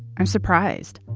i'm surprised.